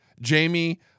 Jamie